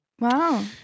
Wow